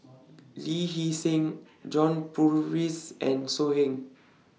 Lee Hee Seng John Purvis and So Heng